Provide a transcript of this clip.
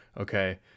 okay